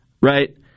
right